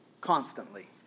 constantly